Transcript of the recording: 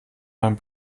mein